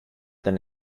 than